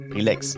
Relax